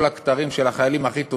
כל הכתרים של החיילים הכי טובים,